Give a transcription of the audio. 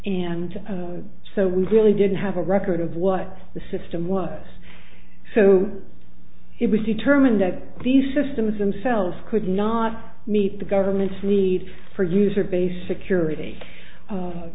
and so we really didn't have a record of what the system was so it was determined that these systems themselves could not meet the government's need for user base security a